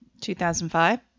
2005